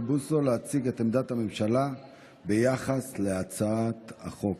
בוסו להציג את עמדת הממשלה ביחס להצעת החוק.